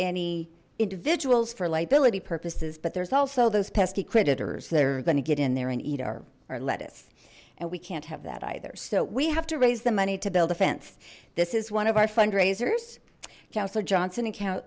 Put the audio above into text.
any individuals for liability purposes but there's also those pesky critters they're gonna get in there and eat our lettuce and we can't have that either so we have to raise the money to build a fence this is one of our fundraisers councillor johnson account